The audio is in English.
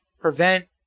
prevent